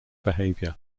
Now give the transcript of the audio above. behavior